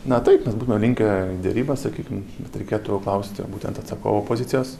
na taip mes būtumėm linkę į derybas sakykim bet reikėtų klausti būtent atsakovo pozicijos